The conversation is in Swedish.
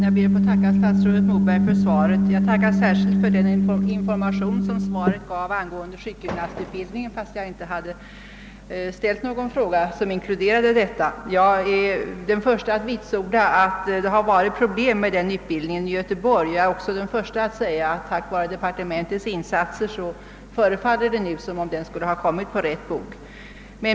Herr talman! Jag ber att få tacka statsrådet Moberg för svaret, särskilt för den information som han däri gav angående sjukgymnastutbildningen trots att jag inte ställt någon fråga som inkluderade den. Jag är den första att vitsorda att det har varit problem med denna utbildning i Göteborg, men tack vare departementets insatser förefaller det nu som om den skulle ha kommit på rätt bog.